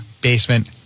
basement